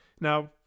Now